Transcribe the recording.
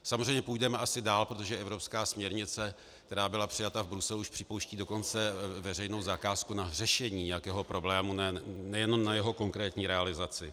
Samozřejmě půjdeme asi dále, protože evropská směrnice, která byla přijata v Bruselu, již připouští dokonce veřejnou zakázku na řešení nějakého problému, nejenom na jeho konkrétní realizaci.